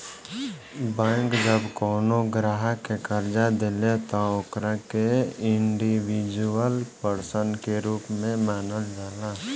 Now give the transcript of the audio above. bank जब कवनो ग्राहक के कर्जा देले त ओकरा के इंडिविजुअल पर्सन के रूप में मानल जाला